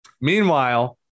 Meanwhile